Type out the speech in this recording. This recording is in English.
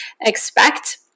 expect